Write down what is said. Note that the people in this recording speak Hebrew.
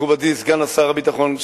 מכובדי סגן שר הביטחון,